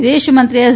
વિદેશમંત્રી એસ